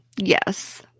Yes